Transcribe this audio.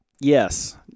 Yes